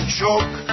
choke